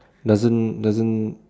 doesn't doesn't